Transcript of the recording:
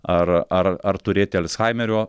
ar ar ar turėti alzhaimerio